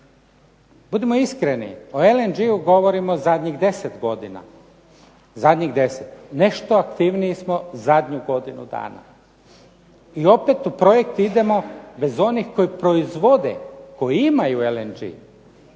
Budimo iskreni, o LNG-u govorimo zadnjih deset godina, zadnjih deset. Nešto aktivniji smo zadnju godinu dana. I opet u projekt idemo bez onih koji proizvode, koji imaju LNG